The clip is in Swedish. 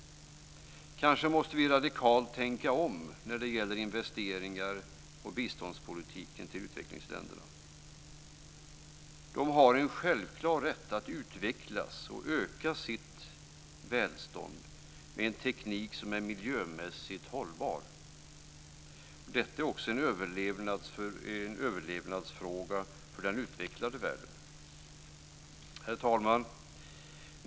Kanske måste vi radikalt tänka om när det gäller investeringar och biståndspolitiken till utvecklingsländerna. De har en självklar rätt att utvecklas och öka sitt välstånd med teknik som är miljömässigt hållbar. Detta är också en överlevnadsfråga för den utvecklade världen. Herr talman!